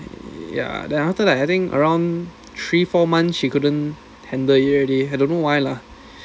ya then after like I think around three four months she couldn't handle it already I don't know why lah